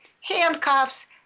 handcuffs